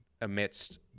amidst